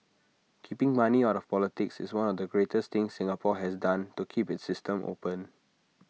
keeping money out of politics is one of the greatest things Singapore has done to keep its system open